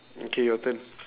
okay your turn